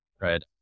Right